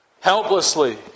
Helplessly